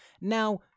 Now